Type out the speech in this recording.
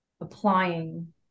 applying